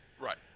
right